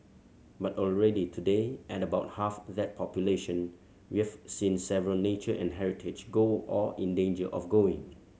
but already today at about half that population we have seen several nature and heritage go or in danger of going